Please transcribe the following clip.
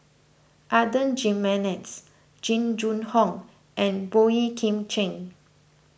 Adan Jimenez Jing Jun Hong and Boey Kim Cheng